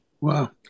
Wow